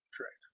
Correct